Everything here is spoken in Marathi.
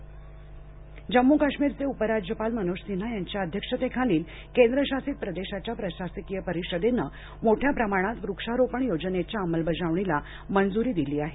जम्म काश्मीर जम्मू काश्मीरचे उपराज्यपाल मनोज सिन्हा यांच्या अध्यक्षतेखालील केंद्रशासित प्रदेशाच्या प्रशासकीय परिषदेनं मोठ्या प्रमाणात वृक्षारोपण योजनेच्या अमलबजावणीला मंजूरी दिली आहे